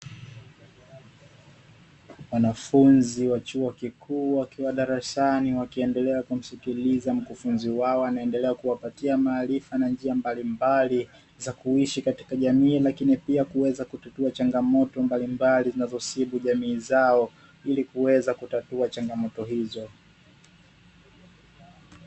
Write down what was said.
Wanafunzi wa chuo kikuu wakiwa darasani wakiendelea kumsikiliza mkufunzi wao anaendelea kuwapatia maarifa na njia mbalimbali za kuishi katika jamii, lakini pia kuweza kutatua changamoto mbalimbali zinazosibu jamii zao ili kuweza kutatua changamoto hizo.